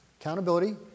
Accountability